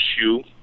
shoe